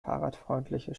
fahrradfreundliche